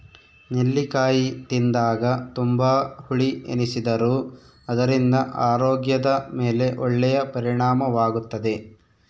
ನೆಲ್ಲಿಕಾಯಿ ತಿಂದಾಗ ತುಂಬಾ ಹುಳಿ ಎನಿಸಿದರೂ ಅದರಿಂದ ಆರೋಗ್ಯದ ಮೇಲೆ ಒಳ್ಳೆಯ ಪರಿಣಾಮವಾಗುತ್ತದೆ